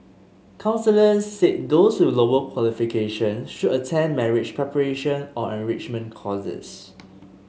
counsellors said those with lower qualifications should attend marriage preparation or enrichment courses